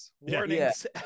warnings